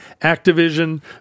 Activision